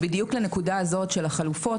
בדיוק לנקודה הזאת של החלופות,